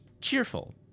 cheerful